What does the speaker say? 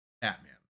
Batman